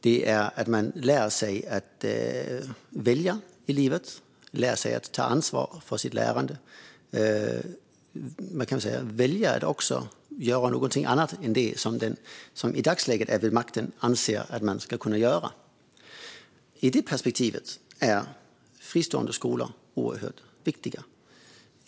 Det handlar om att man lär sig att välja i livet och lär sig att ta ansvar för sitt lärande. Man kan även välja att göra någonting annat än det som de som i dagsläget är vid makten anser att man ska kunna göra. I det perspektivet är fristående skolor oerhört viktiga.